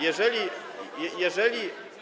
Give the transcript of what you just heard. jeżeli... jeżeli.